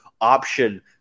option